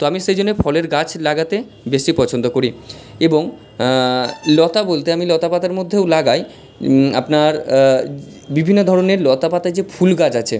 তো আমি সেই জন্যই ফলের গাছ লাগাতে বেশি পছন্দ করি এবং লতা বলতে আমি লতা পাতার মধ্যেও লাগাই আপনার বিভিন্ন ধরণের লতা পাতার যে ফুল গাছ আছে